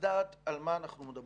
לדעת על מה אנחנו מדברים,